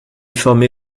formée